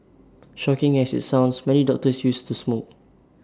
shocking as IT sounds many doctors used to smoke